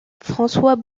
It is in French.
françois